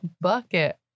bucket